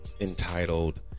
entitled